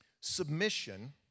Submission